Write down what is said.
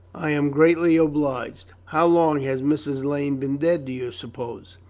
i am gready obliged. how long has mrs. lane been dead do you suppose?